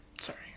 Sorry